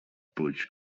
puig